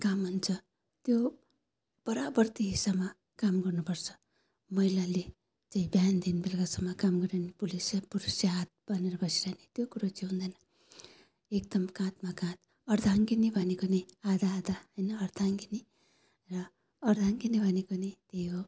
काम हुन्छ त्यो बराबरी हिस्सामा काम गर्नु पर्छ महिलाले चाहिँ बिहानदेखि बेलुकासम्म काम गरिरहने पुलिस चाहिँ पुरुष चाहिँ हात बाँधेर बसिरहने त्यो कुरो चाहिँ हुँदैन एकदम काँधमा काँध अर्धाङ्गिनी भनेको नै आधा आधा होइन अर्धाङ्गिनी र अर्धाङ्गिनी भनेको नै त्यही हो